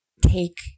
take